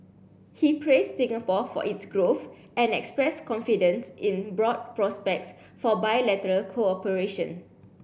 he praised Singapore for its growth and expressed confidence in broad prospects for bilateral cooperation